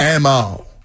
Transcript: MO